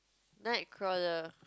Nightcrawler